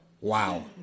Wow